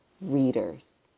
readers